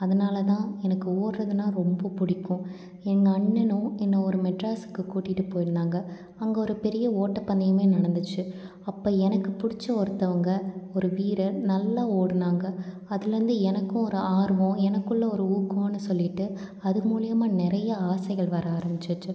அதனால தான் எனக்கு ஓட்டுறதுனா ரொம்ப பிடிக்கும் எங்கள் அண்ணனும் என்னை ஒரு மெட்ராஸுக்கு கூட்டிட்டு போயிருந்தாங்க அங்கே ஒரு பெரிய ஒட்டப்பந்தயமே நடந்துச்சு அப்போ எனக்கு பபிடிச்ச ஒருத்தவங்க ஒரு வீரர் நல்லா ஓடுனாங்க அதுலேருந்து எனக்கும் ஒரு ஆர்வம் எனக்குள்ள ஒரு ஊக்கன்னு சொல்லிட்டு அது மூலயமா நிறைய ஆசைகள் வர ஆரமிச்சிச்சு